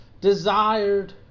desired